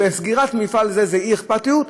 וסגירת מפעל זה אי-אכפתיות,